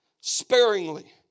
sparingly